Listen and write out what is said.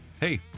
hey